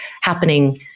happening